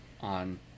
on